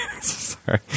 sorry